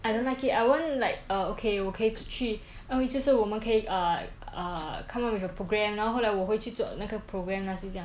I don't like it I want like uh okay 我可以出去还有就是我们可以 uh uh come up with a program 然后后来我会去做那个 program lah 是这样